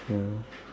ya